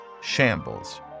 shambles